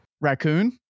raccoon